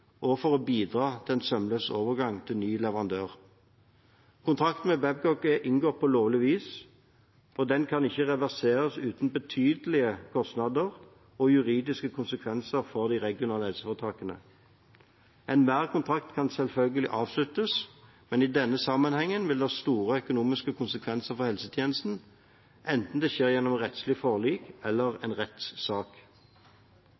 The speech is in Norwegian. og for å bidra til en sømløs overgang til ny leverandør. Kontrakten med Babcock er inngått på lovlig vis, og den kan ikke reverseres uten betydelige kostnader og juridiske konsekvenser for de regionale helseforetakene. Enhver kontrakt kan selvfølgelig avsluttes, men i denne sammenheng vil det ha store økonomiske konsekvenser for helsetjenesten, enten det skjer gjennom rettslig forlik eller